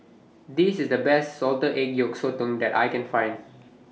This IS The Best Salted Egg Yolk Sotong that I Can Find